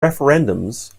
referendums